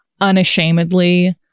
unashamedly